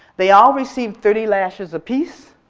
they all received thirty lashes a piece.